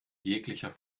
jeglicher